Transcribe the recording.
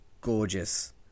gorgeous